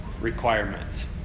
requirements